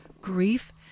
grief